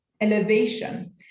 elevation